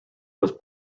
was